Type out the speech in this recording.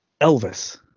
Elvis